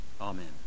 Amen